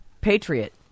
Patriot